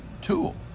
tool